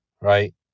Right